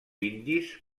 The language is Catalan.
indis